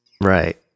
Right